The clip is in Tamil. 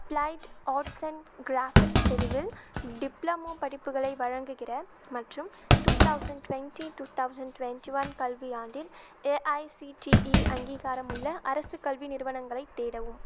அப்ளைட் ஆர்ட்ஸ் அண்ட் க்ராஃபிட்ஸ் பிரிவில் டிப்ளமோ படிப்புகளை வழங்குகிற மற்றும் two thousand twenty two thousand twenty one கல்வியாண்டில் ஏஐசிடிஇ அங்கீகாரமுள்ள அரசு கல்வி நிறுவனங்களைத் தேடவும்